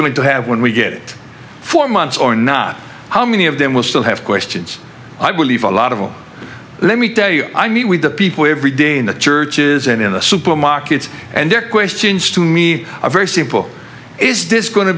going to have when we get four months or not how many of them will still have questions i believe a lot of them let me tell you i meet with the people every day in the churches and in the supermarkets and their questions to me are very simple is this go